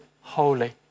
Holy